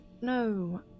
no